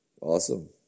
Awesome